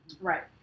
right